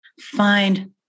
find